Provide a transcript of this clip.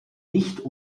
nicht